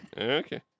Okay